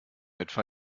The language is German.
etwa